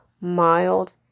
mild